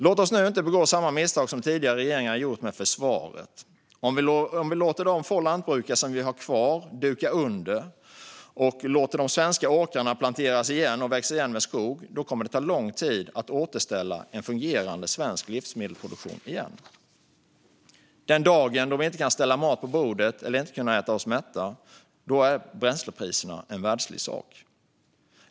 Låt oss nu inte begå samma misstag som tidigare regeringar gjort med försvaret. Om vi låter de få lantbrukare vi har kvar duka under och låter de svenska åkrarna planteras och växa igen med skog kommer det att ta lång tid att återställa en fungerande svensk livsmedelsproduktion. Den dagen då vi inte kan ställa mat på bordet eller inte kan äta oss mätta är bränslepriserna en världslig sak.